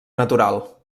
natural